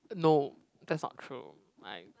no that's not true